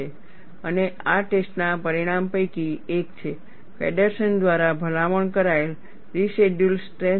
અને આ ટેસ્ટ ના પરિણામ પૈકી એક છે ફેડરસન દ્વારા ભલામણ કરાયેલ રેસિડયૂઅલ સ્ટ્રેન્થ ડાયગ્રામ